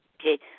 Okay